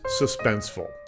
suspenseful